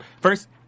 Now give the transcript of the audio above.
First